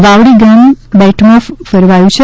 વાવડી ગામ બેટમા ફેરવાયુ છે